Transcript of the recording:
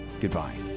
Goodbye